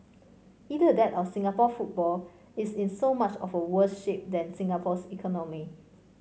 either that or Singapore football is in so much of a worse shape than Singapore's economy